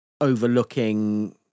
overlooking